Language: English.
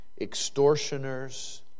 extortioners